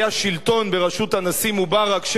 היה שלטון בראשות הנשיא מובארק,